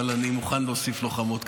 אבל אני מוכן להוסיף לוחמות,